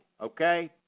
Okay